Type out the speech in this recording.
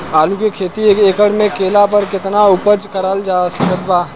आलू के खेती एक एकड़ मे कैला पर केतना उपज कराल जा सकत बा?